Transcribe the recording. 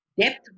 depth